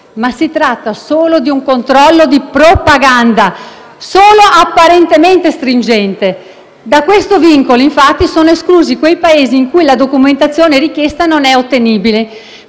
ma si tratta di un controllo di propaganda solo apparentemente stringente. Da questo vincolo, infatti, sono esclusi quei Paesi in cui la documentazione richiesta non è ottenibile.